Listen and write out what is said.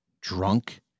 drunk